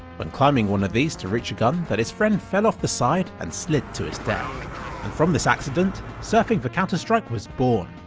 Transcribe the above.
when climbing one of these to reach a gun that his friend fell off the side and slid to his death! and from this accident, surfing for counter-strike was born!